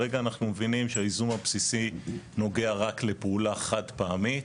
כרגע אנחנו מבינים שהייזום הבסיסי נוגע רק לפעולה חד פעמית,